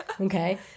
Okay